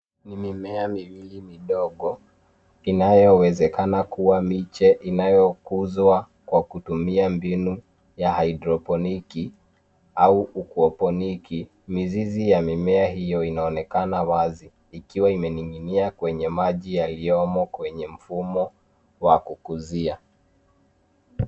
Ni mimea miwili midogo inayowezekana kuwa miche inayokuzwa kwa kutumia mbinu ya haidroponiki au aquaponiki, mizizi ya mimea hiyo inaonekana wazi ikiwa imening'inia kwenye maji yaliyomo kwenye mfumo wa kukuzia.